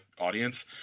audience